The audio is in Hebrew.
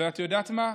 ואת יודעת מה?